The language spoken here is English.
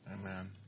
Amen